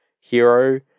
hero